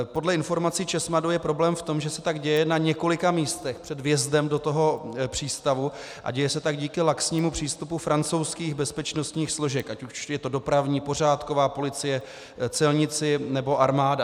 Podle informací Česmadu je problém v tom, že se tak děje na několika místech před vjezdem do přístavu a děje se tak díky laxnímu přístupu francouzských bezpečnostních složek, ať už je to dopravní, pořádková policie, celníci nebo armáda.